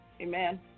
Amen